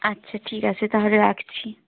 আচ্ছা ঠিক আছে তাহলে রাখছি